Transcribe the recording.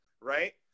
right